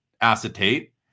acetate